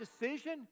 decision